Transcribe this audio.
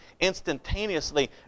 instantaneously